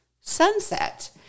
sunset